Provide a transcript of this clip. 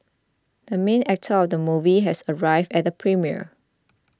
the main actor of the movie has arrived at the premiere